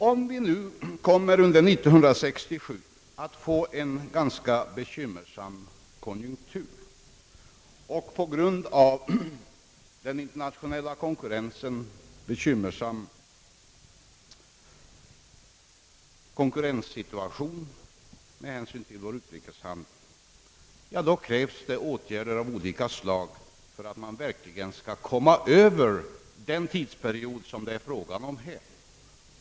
Om vi under år 1967 kommer att få en bekymmersam konjunktur och på grund av den internationella konkurrensen en bekymmersam konkurrenssituation med hänsyn till vår utrikeshandel, krävs det åtgärder av olika slag för att komma över denna tidsperiod.